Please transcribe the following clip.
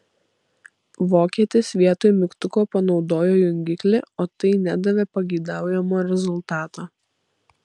vokietis vietoj mygtuko panaudojo jungiklį o tai nedavė pageidaujamo rezultato